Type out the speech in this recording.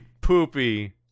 Poopy